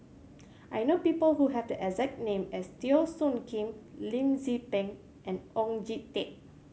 I know people who have the exact name as Teo Soon Kim Lim Tze Peng and Oon Jin Teik